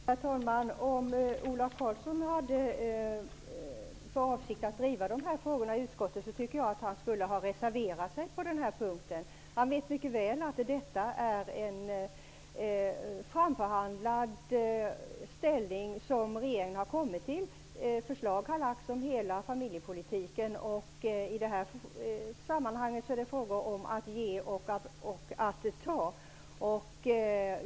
Herr talman! Om Ola Karlsson hade för avsikt att driva dessa frågor i utskottet, borde han ha reserverat sig på den här punkten. Han vet mycket väl att det är ett framförhandlat ställningstagande som regeringen har kommit fram till. Det har framlagts förslag om hela familjepolitiken. I detta sammanhang är det fråga om att ge och att ta.